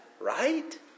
right